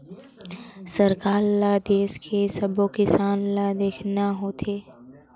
सरकार ल देस के सब्बो किसान ल देखना होथे